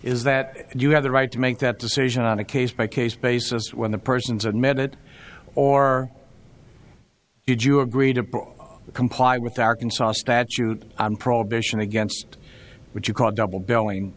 is that you have the right to make that decision on a case by case basis when the person's admitted or did you agree to comply with the arkansas statute on prohibition against what you called double billing